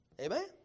Amen